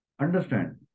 understand